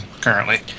currently